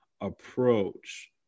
approach